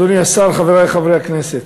אדוני השר, חברי חברי הכנסת,